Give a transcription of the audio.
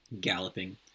galloping